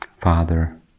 Father